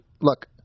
look